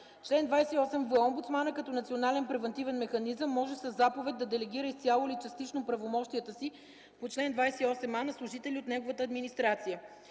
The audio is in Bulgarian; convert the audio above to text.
Чл. 28в. Омбудсманът като Национален превантивен механизъм може със заповед да делегира изцяло или частично правомощията си по чл. 28а на служители от неговата администрация.